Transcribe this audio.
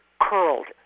curled